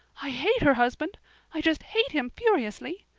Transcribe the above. i hate her husband i just hate him furiously.